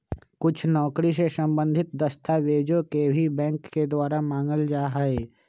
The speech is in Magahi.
कुछ नौकरी से सम्बन्धित दस्तावेजों के भी बैंक के द्वारा मांगल जा हई